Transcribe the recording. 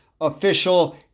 official